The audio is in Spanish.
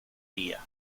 día